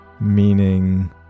meaning